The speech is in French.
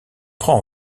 prends